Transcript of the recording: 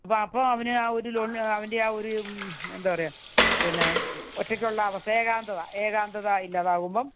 അപ്പോൾ അവനു ആ ഒരു അവൻ്റെ ആ ഒരു എന്താണ് പറയുക പിന്നെ ഒറ്റക്കുള്ള അവസ് ഏകാന്തത ഏകാന്തത ഇല്ലാതാകുമ്പോൾ